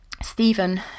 Stephen